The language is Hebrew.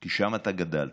כי שם אתה גדלת.